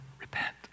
repent